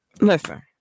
Listen